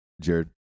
Jared